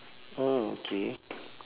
oh okay